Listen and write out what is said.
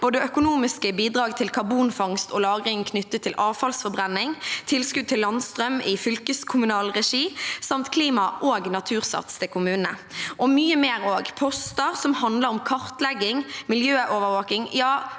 både økonomiske bidrag til karbonfangst og -lagring knyttet til avfallsforbrenning, tilskudd til landstrøm i fylkeskommunal regi, Klimasats og Natursats til kommunene og mye mer også – poster som handler om kartlegging, miljøovervåking, ja,